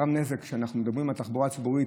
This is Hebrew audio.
ונגרם נזק, כשאנחנו מדברים על התחבורה הציבורית